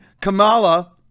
Kamala